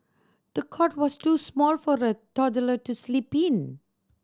the cot was too small for the toddler to sleep in